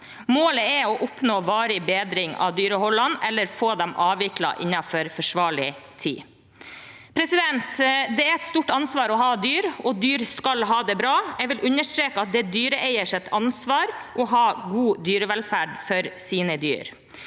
Målet er å oppnå varig bedring av dyreholdene eller få dem avviklet innenfor forsvarlig tid. Det er et stort ansvar å ha dyr, og dyr skal ha det bra. Jeg vil understreke at det er dyreeiers ansvar å ha god dyrevelferd for sine dyr.